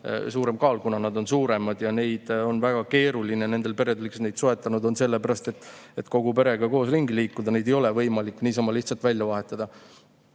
suurem kaal, kuna nad on suuremad. Neist on väga keeruline [loobuda] nendel peredel, kes on soetanud need selleks, et kogu perega koos ringi liikuda. Neid ei ole võimalik niisama lihtsalt välja vahetada.